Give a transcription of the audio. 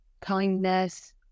kindness